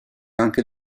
anche